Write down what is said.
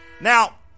Now